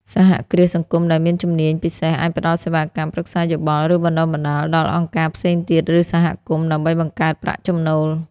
សហគ្រាសសង្គមដែលមានជំនាញពិសេសអាចផ្តល់សេវាកម្មប្រឹក្សាយោបល់ ឬបណ្តុះបណ្តាលដល់អង្គការផ្សេងទៀត ឬសហគមន៍ ដើម្បីបង្កើតប្រាក់ចំណូល។